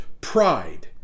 pride